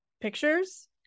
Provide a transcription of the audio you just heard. pictures